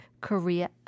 Korea